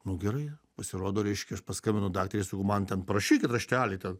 nu gerai pasirodo reiškia aš paskambinu daktarei sakau man ten parašykit raštelį ten